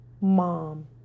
mom